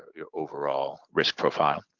ah your overall risk profile,